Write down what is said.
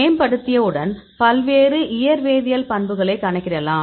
மேம்படுத்தியவுடன் பல்வேறு இயற்வேதியியல் பண்புகளை கணக்கிடலாம்